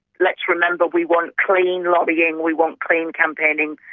let's remember we want clean lobbying, we want clean campaigning,